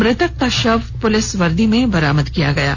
मृतक का शव पुलिस वर्दी में बरामद किया गया है